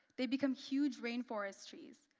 they become huge rainforest trees,